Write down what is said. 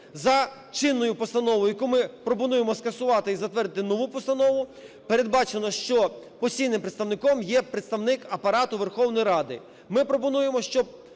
За чинною постановою, яку ми пропонуємо скасувати і затвердити нову постанову, передбачено, що постійним представником є представник Апарату Верховної Ради. Ми пропонуємо, щоб